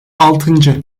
altıncı